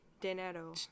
dinero